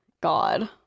God